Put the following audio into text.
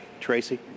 Tracy